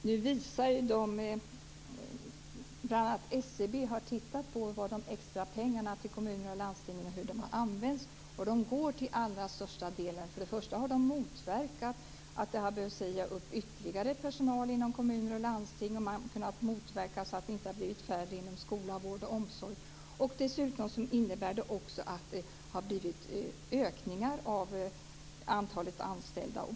Fru talman! SCB har tittat på hur de extra pengarna till kommuner och landsting har använts. De har motverkat att det har behövt sägas upp ytterligare personal inom kommuner och landsting, och de har bidragit till att det inte blivit färre inom vård, skola och omsorg. Dessutom innebär det att det har blivit ökningar av antalet anställda.